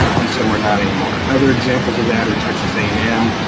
and so we're not anymore. other examples of that are texas a and m,